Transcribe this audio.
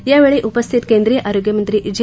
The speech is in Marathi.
यावेळी उपस्थित केंद्रीय आरोग्यमंत्री जे